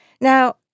Now